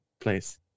place